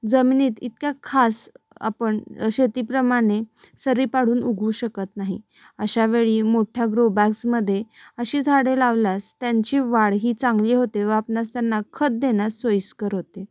जमिनीत इतक्या खास आपण शेतीप्रमाणे सरी पाडून उगवू शकत नाही अशावेळी मोठ्या ग्रोबॅग्समध्ये अशी झाडे लावल्यास त्यांची वाढ ही चांगली होते व आपणास त्यांना खत देण्यास सोयीस्कर होते